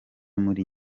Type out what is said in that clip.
muri